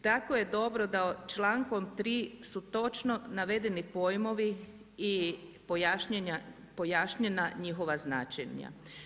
Tako je dobro da člankom 3. su točno navedeni pojmovi i pojašnjena njihova značenja.